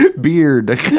beard